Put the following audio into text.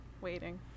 Waiting